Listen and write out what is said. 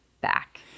back